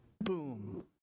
boom